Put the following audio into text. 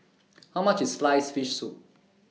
How much IS Sliced Fish Soup